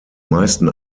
meisten